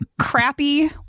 crappy